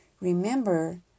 Remember